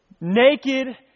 naked